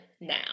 now